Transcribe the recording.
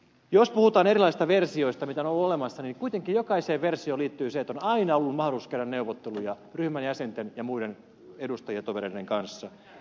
jos puhutaan erilaisista versioista mitä on ollut olemassa niin kuitenkin jokaiseen versioon liittyy se että on aina ollut mahdollisuus käydä neuvotteluja ryhmän jäsenten ja muiden edustajatovereiden kanssa